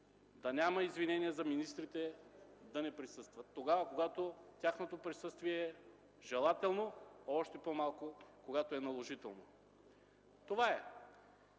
да няма извинение за министрите да не присъстват – тогава, когато тяхното присъствие е желателно, а още по-малко, когато е наложително. Това е.